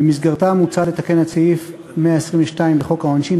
ובמסגרתה מוצע לתקן את סעיף 122 לחוק העונשין,